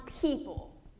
people